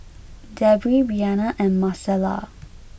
Debby Briana and Marcella